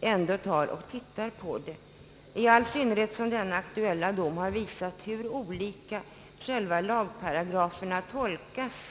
ändå se över det, i all synnerhet som den aktuella domen har visat hur olika själva lagparagraferna tolkas.